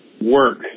work